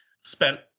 spent